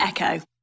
Echo